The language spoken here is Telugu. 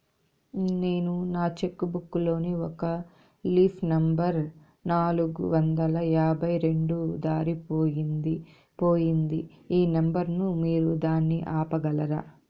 నేను నా చెక్కు బుక్ లోని ఒక లీఫ్ నెంబర్ నాలుగు వందల యాభై రెండు దారిపొయింది పోయింది ఈ నెంబర్ ను మీరు దాన్ని ఆపగలరా?